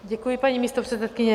Děkuji, paní místopředsedkyně.